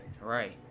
Right